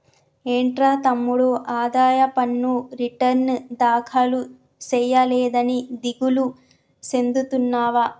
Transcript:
ఏంట్రా తమ్ముడు ఆదాయ పన్ను రిటర్న్ దాఖలు సేయలేదని దిగులు సెందుతున్నావా